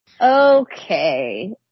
Okay